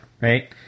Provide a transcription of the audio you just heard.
right